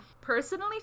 Personally